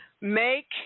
Make